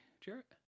Jarrett